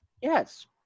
Yes